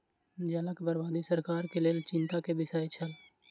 जलक बर्बादी सरकार के लेल चिंता के विषय छल